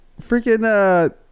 freaking